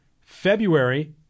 February